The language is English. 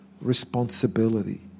responsibility